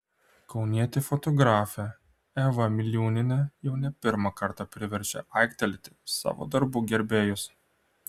kaunietė fotografė eva miliūnienė jau ne pirmą kartą priverčia aiktelėti savo darbų gerbėjus